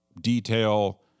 detail